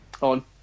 on